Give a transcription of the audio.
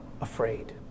afraid